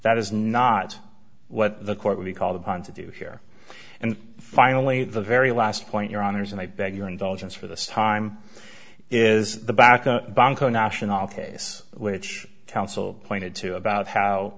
that is not what the court would be called upon to do here and finally the very last point your honour's and i beg your indulgence for this time is the baca bunco national case which counsel pointed to about how